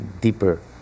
deeper